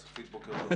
צופית, בוקר טוב.